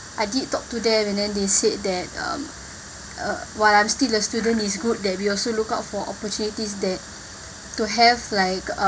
I did talk to them and then they said that um uh while I'm still a student is good that we also look out for opportunities that to have like